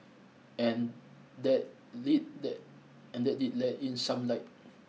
and that lead that and that did let in some light